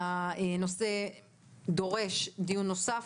הנושא דורש דיון נוסף,